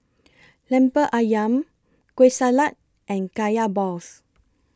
Lemper Ayam Kueh Salat and Kaya Balls